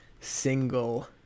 single